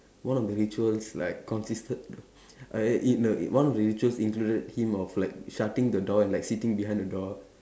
one of the rituals like consisted uh E no one of the rituals included him of like shutting the door and like sitting behind the door